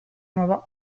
nuova